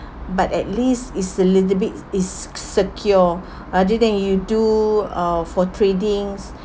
but at least it's a little bit it's secure other than you do uh for tradings